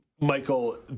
Michael